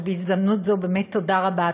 בהזדמנות זו באמת תודה רבה,